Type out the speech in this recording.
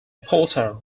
porter